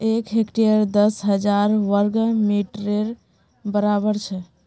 एक हेक्टर दस हजार वर्ग मिटरेर बड़ाबर छे